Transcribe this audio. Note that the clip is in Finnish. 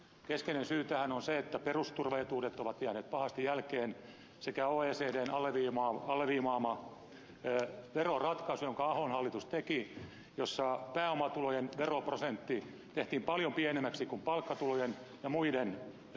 keskeinen syy tähän on se että perusturvaetuudet ovat jääneet pahasti jälkeen sekä oecdn alleviivaama veroratkaisu jonka ahon hallitus teki ja jossa pääomatulojen veroprosentti tehtiin paljon pienemmäksi kuin palkkatulojen ja muiden pienten tulojen